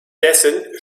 dessen